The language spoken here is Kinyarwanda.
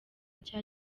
cya